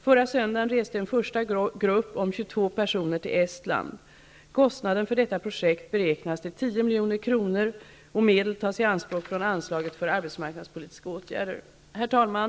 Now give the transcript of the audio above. Förra söndagen reste en första grupp om 22 personer till Estland. Kostnaden för detta projekt beräknas till 10 milj.kr., och medel tas i anspråk från anslaget för arbetsmarknadspolitiska åtgärder. Herr talman!